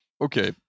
okay